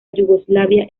yugoslavia